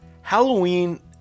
Halloween